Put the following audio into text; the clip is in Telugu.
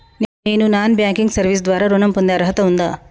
నేను నాన్ బ్యాంకింగ్ సర్వీస్ ద్వారా ఋణం పొందే అర్హత ఉందా?